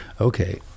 okay